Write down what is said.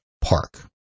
Park